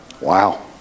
Wow